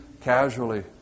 casually